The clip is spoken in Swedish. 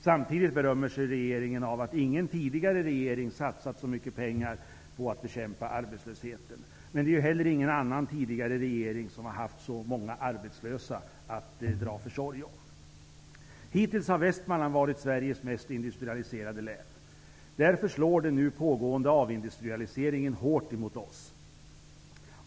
Samtidigt berömmer sig regeringen av att ingen tidigare regering satsat så mycket pengar på att bekämpa arbetslösheten. Det är ju heller ingen annan tidigare regering som har haft så många arbetslösa att dra försorg om. Hittills har Västmanland varit Sveriges mest industrialiserade län. Därför slår den nu pågående avindustrialiseringen hårt emot oss.